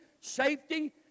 safety